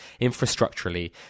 infrastructurally